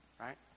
right